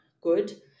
good